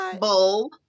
bowl